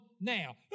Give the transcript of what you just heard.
now